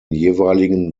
jeweiligen